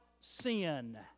sin